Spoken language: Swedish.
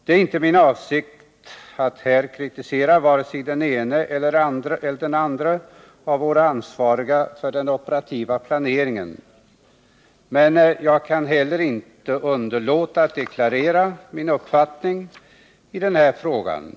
Det är inte min avsikt att här kritisera vare sig den ene eller den andre av våra ansvariga för den operativa planeringen, men jag kan heller inte underlåta att deklarera min uppfattning i den här frågan.